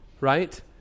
right